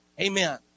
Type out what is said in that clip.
Amen